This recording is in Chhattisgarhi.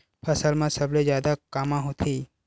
फसल मा सबले जादा कामा होथे?